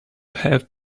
have